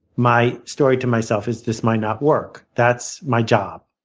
my story to myself is this might not work. that's my job,